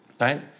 right